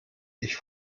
ich